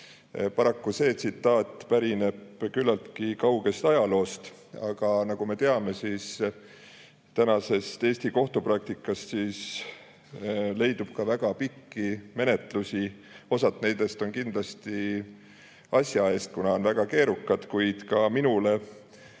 Paraku see tsitaat pärineb küllaltki kaugest ajaloost, aga nagu me teame tänasest Eesti kohtupraktikast, siis leidub ka väga pikki menetlusi. Osa nendest on kindlasti asja eest, kuna on väga keerukad, kuid mind,